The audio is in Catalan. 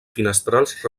finestrals